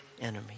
enemy